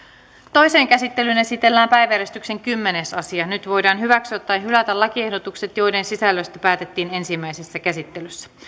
toiseen käsittelyyn esitellään päiväjärjestyksen kymmenes asia nyt voidaan hyväksyä tai hylätä lakiehdotukset joiden sisällöstä päätettiin ensimmäisessä käsittelyssä